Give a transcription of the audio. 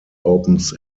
opens